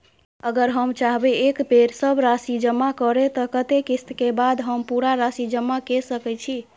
अगर हम चाहबे एक बेर सब राशि जमा करे त कत्ते किस्त के बाद हम पूरा राशि जमा के सके छि?